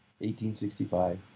1865